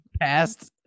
past